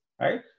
right